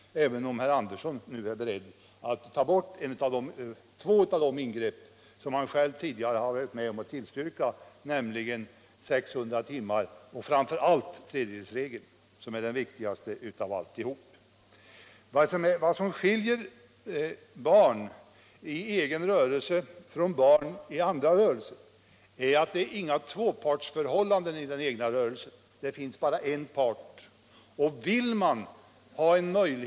Men herr Andersson är nu beredd att ta avstånd från två av de åtgärder som han själv tidigare varit med om att tillstyrka, nämligen regeln om 600 timmar och framför allt tredjedelsregeln, som är det viktigaste av allt. Vad som skiljer barn i egen rörelse från barn i andra rörelser är att det inte förekommer några tvåpartsförhållanden i den egna rörelsen — egenföretagare, där finns det bara en part.